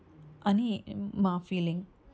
అని మా ఫీలింగ్